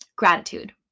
gratitude